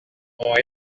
ont